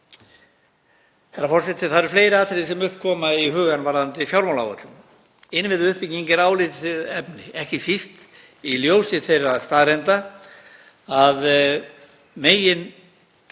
Það eru fleiri atriði sem upp koma í hugann varðandi fjármálaáætlun. Innviðauppbygging er áleitið efni, ekki síst í ljósi þeirra staðreynda að meginstoðir